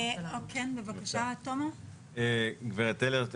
גברת טלר,